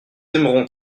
aimerons